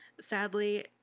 Sadly